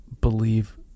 believe